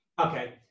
Okay